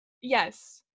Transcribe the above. Yes